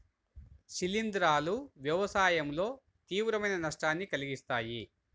శిలీంధ్రాలు వ్యవసాయంలో తీవ్రమైన నష్టాన్ని కలిగిస్తాయి